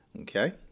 okay